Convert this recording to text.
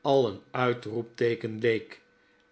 al een uitroepteeken leek